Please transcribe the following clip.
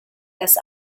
this